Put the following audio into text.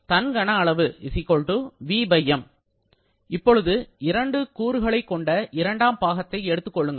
தன் கன அளவு Vm இப்போது இரண்டு கூறுகளைக் கொண்ட இரண்டாம் பாகத்தை எடுத்துக்கொள்ளுங்கள்